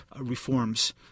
reforms